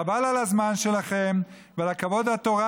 חבל על הזמן שלכם ועל כבוד התורה,